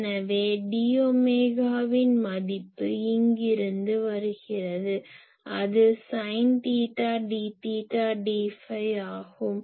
எனவே dஒமேகாவின் மதிப்பு இங்கிருந்து வருகிறது அது sine theta d theta d phi ஆகும்